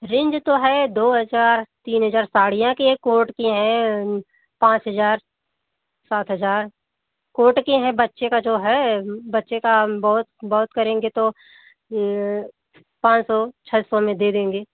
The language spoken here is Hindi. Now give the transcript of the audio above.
रेंज तो है दो हजार तीन हजार साड़ियाँ की हैं कोट की हैं पाँच हजार सात हजार कोट की हैं बच्चे का जो है बच्चे का बहुत बहुत करेंगें तो पाँच सौ छः सौ में दे देंगे